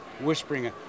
whispering